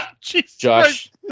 Josh